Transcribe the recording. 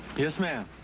yes, ma'am.